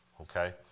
okay